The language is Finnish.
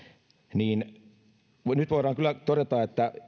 nyt voidaan kyllä todeta että